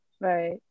right